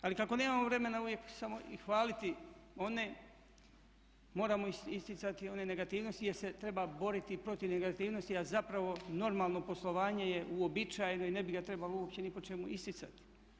Ali kako nemamo vremena uvijek samo hvaliti one, moramo isticati one negativnosti jer se treba boriti protiv negativnosti, a zapravo normalno poslovanje je uobičajeno i ne bi ga trebalo uopće ni po čemu isticati.